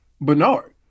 Bernard